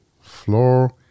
floor